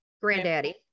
granddaddy